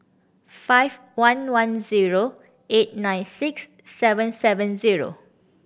five one one zero eight nine six seven seven zero